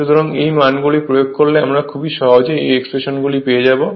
সুতরাং এই মানগুলি প্রয়োগ করলে আমরা খুব সহজেই এই এক্সপ্রেশন গুলি পেয়ে যাব